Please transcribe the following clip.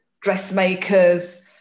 dressmakers